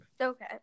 okay